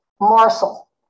morsel